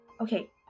Okay